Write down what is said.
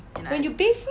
when you bath lor